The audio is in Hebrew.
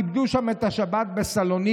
כיבדו שם את השבת בסלוניקי,